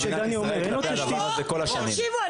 תקשיבו,